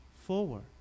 forward